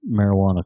marijuana